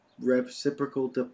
reciprocal